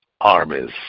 armies